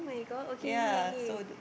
[oh]-my-god okay okay okay